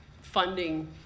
funding